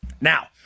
Now